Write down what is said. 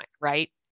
right